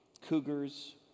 Cougars